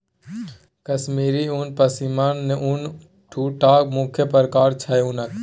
कश्मीरी उन, पश्मिना उन दु टा मुख्य प्रकार छै उनक